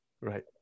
right